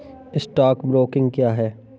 Stock broking क्या है?